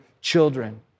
children